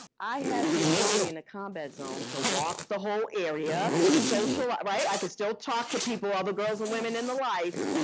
i had the ability in the combat zone to walk the whole area, socialize, right? i could still talk to people, all the girls and women in the life,